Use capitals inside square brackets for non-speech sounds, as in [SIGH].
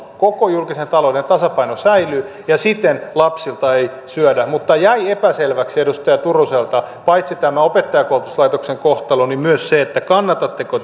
[UNINTELLIGIBLE] koko julkisen talouden tasapaino säilyy ja siten lapsilta ei syödä mutta jäi epäselväksi edustaja turuselta paitsi tämä opettajankoulutuslaitoksen kohtalo myös se kannatatteko [UNINTELLIGIBLE]